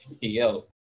yo